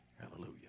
Hallelujah